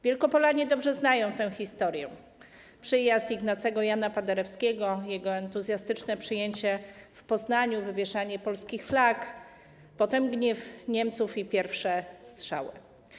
Wielkopolanie dobrze znają historię wybuchu powstania - przyjazd Ignacego Jana Paderewskiego, jego entuzjastyczne przyjęcie w Poznaniu, wywieszanie polskich flag, potem gniew Niemców i pierwsze strzały.